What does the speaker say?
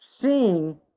seeing